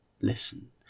Listen